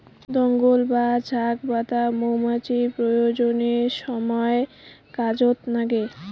দঙ্গল বা ঝাঁক বাঁধা মৌমাছির প্রজননের সমায় কাজত নাগে